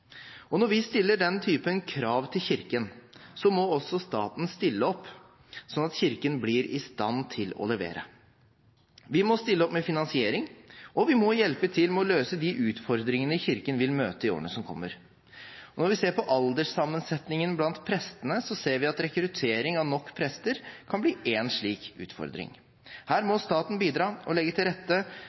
Når vi stiller den typen krav til Kirken, må også staten stille opp, slik at Kirken blir i stand til å levere. Vi må stille opp med finansiering, og vi må hjelpe til med å løse de utfordringene Kirken vil møte i årene som kommer. Når vi ser på alderssammensetningen blant prestene, ser vi at rekruttering av nok prester kan bli én slik utfordring. Her må staten bidra og legge til rette